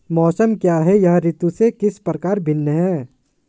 मौसम क्या है यह ऋतु से किस प्रकार भिन्न है?